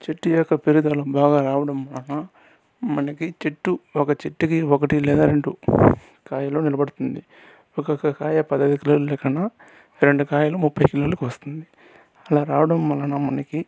చెట్టు యొక్క పెరుగుదల బాగా రావడం వలన మనకి చెట్టు ఒక చెట్టుకి ఒకటి లేదా రెండు కాయలు నిలబడుతుంది ఒక కాయ పదిహేను కిలోల లెక్కన రెండు కాయలు ముప్పై కిలోలు వస్తుంది అలా రావడం వలన మనకి